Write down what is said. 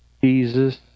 Jesus